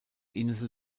insel